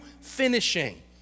finishing